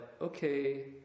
okay